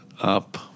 up